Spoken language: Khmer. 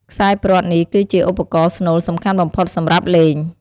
ខ្សែព្រ័ត្រនេះគឺជា ឧបករណ៍ស្នូលសំខាន់បំផុតសម្រាប់លេង។